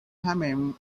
thummim